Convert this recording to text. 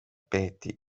peeti